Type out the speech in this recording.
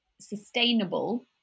sustainable